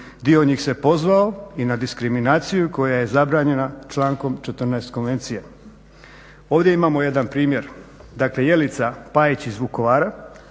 Dio njih se pozvao i na diskriminaciju koja je zabranjena člankom 14. Konvencije. Ovdje imamo jedan primjer. Dakle, Jelica Pajić iz Vukovara,